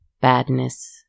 badness